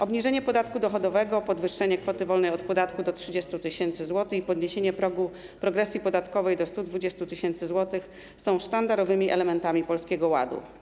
Obniżenie podatku dochodowego, podwyższenie kwoty wolnej od podatku do 30 tys. zł i podniesienie progu progresji podatkowej do 120 tys. zł są sztandarowymi elementami Polskiego Ładu.